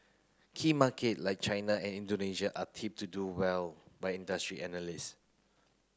key market like China and Indonesia are tipped to do well by industry analyst